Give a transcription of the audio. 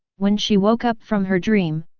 when she woke up from her dream,